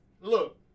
look